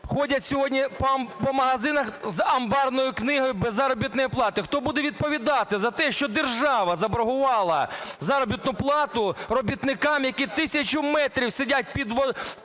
ходять сьогодні по магазинах з "амбарною книгою" без заробітної плати. Хто буде відповідати за те, що держава заборгувала заробітну плату робітникам, які тисячу метрів сидять під землею,